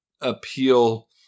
appeal